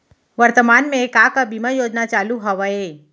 वर्तमान में का का बीमा योजना चालू हवये